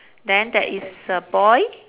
then there is a boy